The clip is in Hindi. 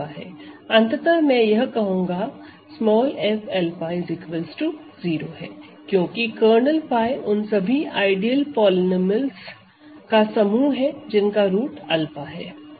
अंततः मैं यह कहूँगा f𝛂 0 है क्योंकि कर्नेल 𝜑 उन सभी आइडियल पॉलिनॉमियल्स का समूह है जिनका रूट 𝛂 है